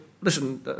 listen